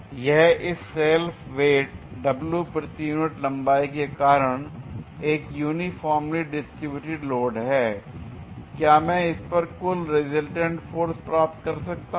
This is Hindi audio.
यह इस सेल्फ वेट w प्रति यूनिट लंबाई के कारण एक यूनिफार्मली डिस्ट्रब्यूटेड लोड है l क्या मैं इस पर कुल रिजल्टेंट फोर्स प्राप्त कर सकता हूं